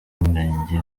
umurenge